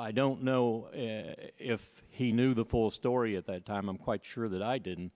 i don't know if he knew the full story at that time i'm quite sure that i didn't